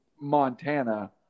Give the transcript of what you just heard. Montana